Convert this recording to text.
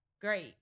great